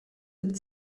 with